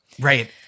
Right